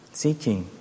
seeking